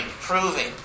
proving